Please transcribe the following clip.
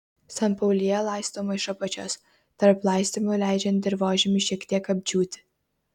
sanpaulija laistoma iš apačios tarp laistymų leidžiant dirvožemiui šiek tiek apdžiūti